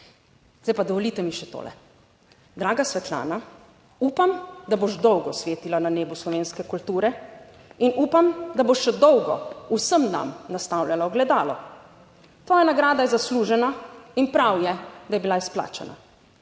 Zdaj pa dovolite mi še tole. Draga Svetlana. Upam, da boš dolgo svetila na nebu slovenske kulture, in upam, da bo še dolgo vsem nam nastavljala ogledalo. Tvoja nagrada je zaslužena in prav je, da je bila izplačana.